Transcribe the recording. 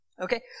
Okay